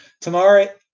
Tomorrow